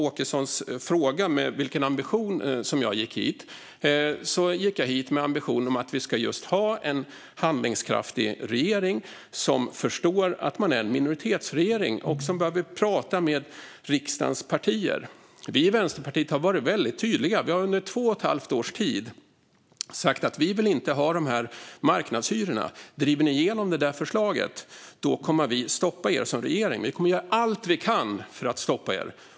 Åkesson frågade med vilken ambition jag gick hit. Jag gick hit med ambitionen att vi ska ha en handlingskraftig regering som förstår att man är en minoritetsregering och som behöver prata med riksdagens partier. Vi i Vänsterpartiet har varit väldigt tydliga. Vi har under två och ett halvt års tid sagt: Vi vill inte ha marknadshyrorna. Driver ni igenom det där förslaget kommer vi att stoppa er som regering. Vi kommer att göra allt vi kan för att stoppa er.